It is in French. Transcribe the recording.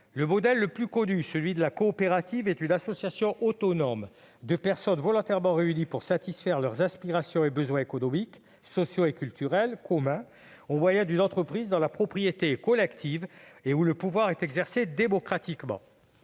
Le modèle le plus connu, celui de la coopérative, est une association autonome de personnes volontairement réunies pour satisfaire leurs aspirations et besoins économiques, sociaux et culturels communs au moyen d'une entreprise dont la propriété est collective et où le pouvoir est exercé démocratiquement.